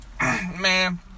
man